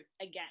again